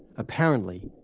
apparently,